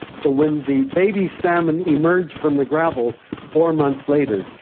so when the baby salmon emerge from the gravel four months later,